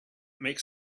makes